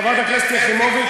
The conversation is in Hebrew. חברת הכנסת יחימוביץ,